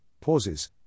pauses